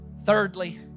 Thirdly